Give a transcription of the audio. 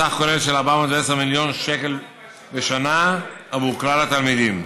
בסך כולל של 410 מיליון שקל בשנה בעבור כלל התלמידים.